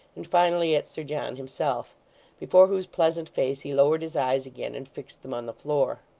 and finally at sir john himself before whose pleasant face he lowered his eyes again, and fixed them on the floor.